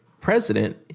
President